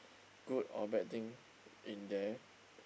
good or bad thing in there